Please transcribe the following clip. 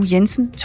Jensen